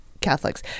Catholics